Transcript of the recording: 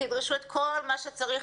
תדרשו את כל מה שצריך.